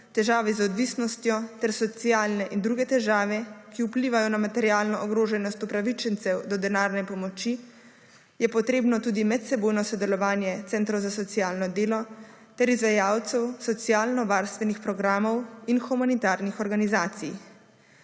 težave z odvisnostjo ter socialne in druge težave, ki vplivajo na materialno ogroženost upravičencev do denarne pomoči, je potrebno tudi medsebojno sodelovanje centrov za socialno delo ter izvajalcev socialno varstvenih programov in humanitarnih organizacij.